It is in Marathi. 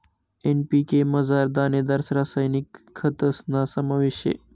एन.पी.के मझार दानेदार रासायनिक खतस्ना समावेश शे